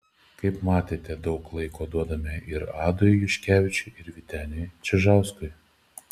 kaip matėte daug laiko duodame ir adui juškevičiui ir vyteniui čižauskui